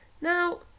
Now